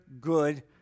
good